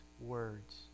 words